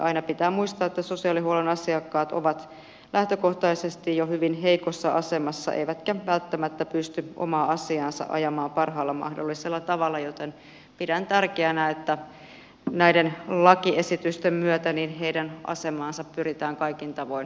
aina pitää muistaa että sosiaalihuollon asiakkaat ovat lähtökohtaisesti jo hyvin heikossa asemassa eivätkä välttämättä pysty omaa asiaansa ajamaan parhaalla mahdollisella tavalla joten pidän tärkeänä että näiden lakiesitysten myötä heidän asemaansa pyritään kaikin tavoin